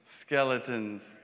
skeletons